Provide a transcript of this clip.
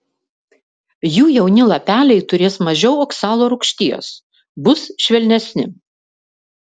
jų jauni lapeliai turės mažiau oksalo rūgšties bus švelnesni